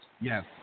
Yes